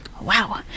Wow